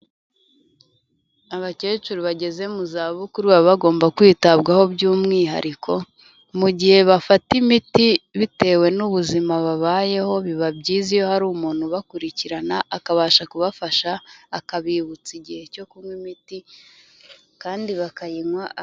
Abakecuru bageze mu zabukuru, baba bagomba kwitabwaho by'umwihariko, mu gihe bafata imiti bitewe n'ubuzima babayeho, biba byiza iyo hari umuntu ubakurikirana akabasha kubafasha, akabibutsa igihe cyo kunywa imiti, kandi bakayinywa.